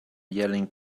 yelling